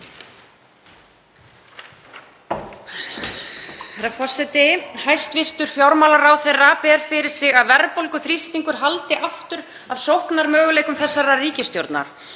Herra forseti. Hæstv. fjármálaráðherra ber fyrir sig að verðbólguþrýstingur haldi aftur af sóknarmöguleikum þessarar ríkisstjórnar.